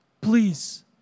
please